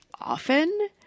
often